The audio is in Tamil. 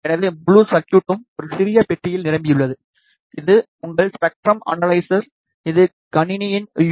எனவே முழு சர்குட்டும் ஒரு சிறிய பெட்டியில் நிரம்பியுள்ளது இது உங்கள் ஸ்பெக்ட்ரம் அனலைசர் இது கணினியின் யூ